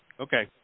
Okay